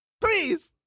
Please